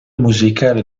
musicale